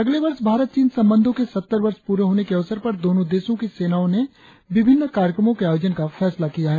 अगले वर्ष भारत चीन संबंधो के सत्तर वर्ष प्ररे होने के अवसर पर दोनों देशों की सेनाओं ने विभिन्न कार्यक्रमों के आयोजन का फैसला किया है